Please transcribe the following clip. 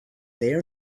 there